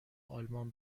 آلمان